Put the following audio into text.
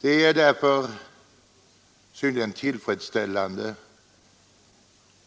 Det är därför synnerligen tillfredsställande